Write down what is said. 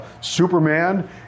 superman